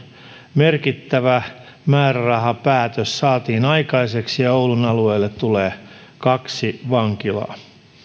merkittävä määrärahapäätös saatiin aikaiseksi ja oulun alueelle tulee kaksi vankilaa